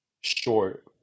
short